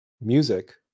music